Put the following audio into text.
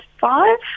five